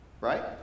right